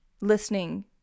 listening